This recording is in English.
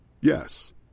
Yes